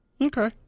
Okay